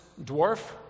dwarf